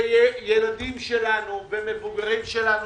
זה ילדים שלנו ומבוגרים שלנו.